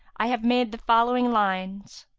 i have made the following lines